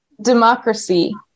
democracy